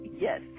Yes